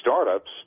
startups